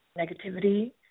negativity